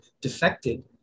defected